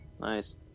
nice